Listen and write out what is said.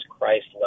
Christ